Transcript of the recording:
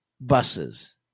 buses